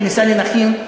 כניסה לנכים.